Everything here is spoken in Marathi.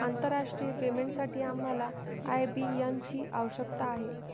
आंतरराष्ट्रीय पेमेंटसाठी आम्हाला आय.बी.एन ची आवश्यकता आहे